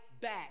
back